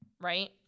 right